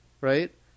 right